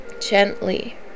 gently